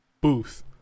booth